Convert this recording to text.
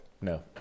no